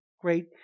Great